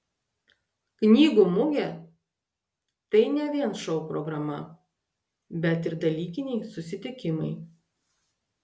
knygų mugė tai ne vien šou programa bet ir dalykiniai susitikimai